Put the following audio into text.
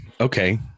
Okay